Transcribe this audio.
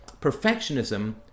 perfectionism